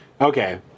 Okay